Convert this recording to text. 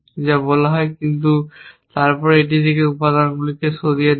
যা বলা হয় কিন্তু তারপরে এটি থেকে উপাদানগুলি সরিয়ে দেয়